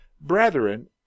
Brethren